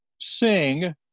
Sing